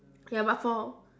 ya but for